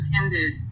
attended